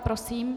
Prosím.